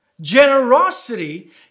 Generosity